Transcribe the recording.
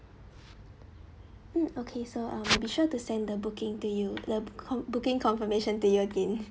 mm okay so um will be sure to send the booking to you the com~ booking confirmation to you again